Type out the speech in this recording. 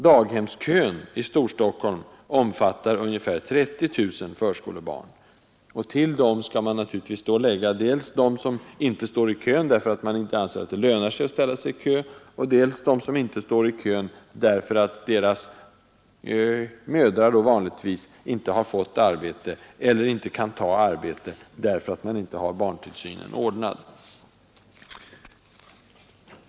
Daghemskön i Storstockholm omfattar ca 30 000 förskolebarn. Därtill kommer dels de som inte står i kön därför att man inte anser att det lönar sig, dels de som inte står i kön därför att deras mödrar — vanligtvis — inte har fått arbete eller inte kan ta arbete därför att de inte har barntillsynen ordnad.